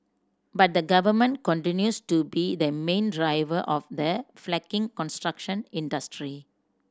but the Government continues to be the main driver of the flagging construction industry